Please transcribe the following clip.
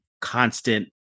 constant